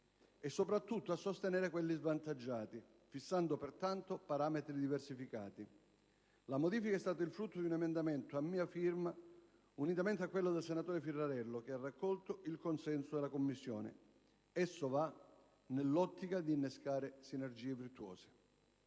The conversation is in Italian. e soprattutto a sostenere quelli svantaggiati, fissando pertanto parametri diversificati. La modifica è stata il frutto di un emendamento a mia firma, unitamente a quella del senatore Firrarello, che ha raccolto il consenso della Commissione, nell'ottica di innescare sinergie virtuose.